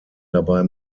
dabei